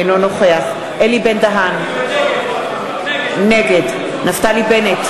אינו נוכח אלי בן-דהן, נגד נפתלי בנט,